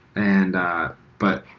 and but